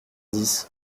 dix